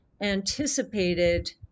anticipated